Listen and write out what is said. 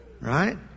Right